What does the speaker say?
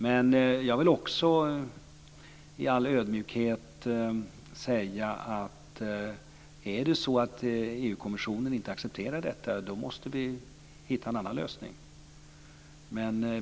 Men jag vill också i all ödmjukhet säga att om EG-kommissionen inte accepterar detta, måste vi hitta en annan lösning.